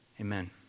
Amen